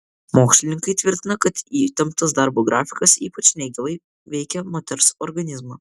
mokslininkai tvirtina kad įtemptas darbo grafikas ypač neigiamai veikia moters organizmą